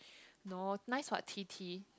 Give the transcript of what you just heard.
no nice what T T